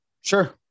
sure